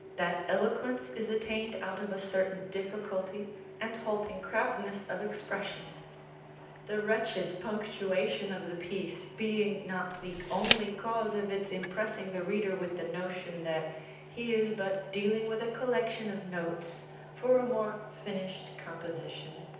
that eloquence is attained out of a certain difficulty and halting crabbedness of expression the wretched punctuation of the piece being not the only cause of its impressing the reader with the notion that he is but dealing with a collection of notes for a more finished composition,